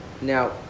Now